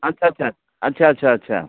अच्छा अच्छा अच्छा अच्छा अच्छा